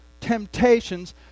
temptations